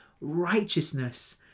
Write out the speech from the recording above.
righteousness